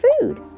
food